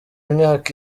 imyaka